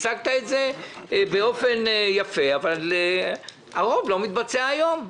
הצגת את זה באופן יפה אבל הרוב לא מתבצע היום.